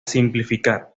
simplificar